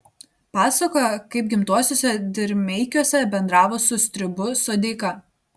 pasakojo kaip gimtuosiuose dirmeikiuose bendravo su stribu sodeika